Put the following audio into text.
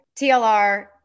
TLR